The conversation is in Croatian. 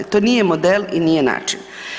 To nije model i nije način.